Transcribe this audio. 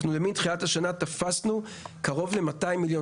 מתחילת השנה תפסנו קרוב ל-200 מיליון